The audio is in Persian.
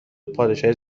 پادشاهی